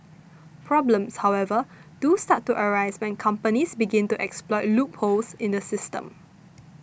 problems however do start to arise when companies begin to exploit loopholes in the system